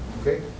okay